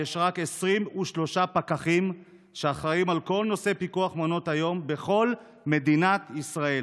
יש רק 23 פקחים שאחראים לכל נושא פיקוח מעונות היום בכל מדינת ישראל.